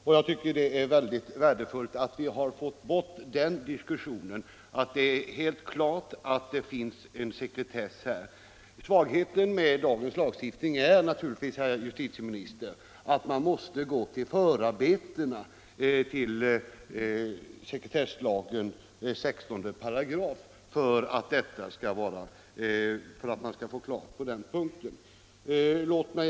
Det är därför mycket värdefullt att vi nu fått bort den diskussionen — det är nu helt klart att det här finns sekretess. Svagheten med dagens lagstiftning är naturligtvis, herr justitieminister, att man måste gå till förarbetena till 16 § sekretesslagen för att få klarhet på den punkten.